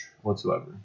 whatsoever